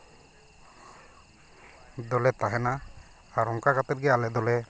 ᱫᱚᱞᱮ ᱛᱟᱦᱮᱱᱟ ᱟᱨ ᱚᱱᱠᱟ ᱠᱟᱛᱮ ᱜᱮ ᱟᱞᱮ ᱫᱚᱞᱮ